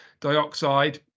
dioxide